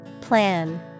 Plan